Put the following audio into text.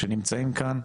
שנמצאים כאן.